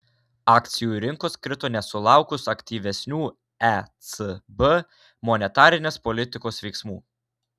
akcijų rinkos krito nesulaukus aktyvesnių ecb monetarinės politikos veiksmų